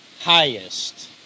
highest